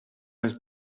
its